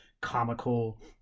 comical